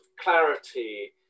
clarity